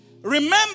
Remember